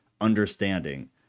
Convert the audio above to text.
understanding